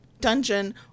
Dungeon